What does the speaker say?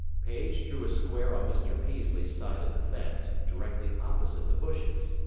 paige drew a square on mr. peaslee's side of the fence, directly opposite the bushes.